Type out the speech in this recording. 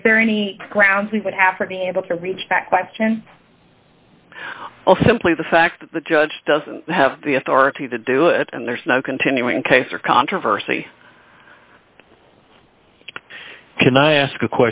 is there any grounds we would happen able to reach back question simply the fact that the judge doesn't have the authority to do it and there's no continuing case or controversy can i ask a